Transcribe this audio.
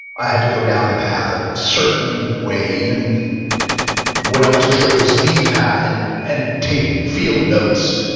i had to go down the path of certain way, even when i wasn't sure it was the path and and take field notes.